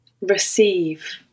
Receive